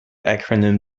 acronym